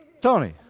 Tony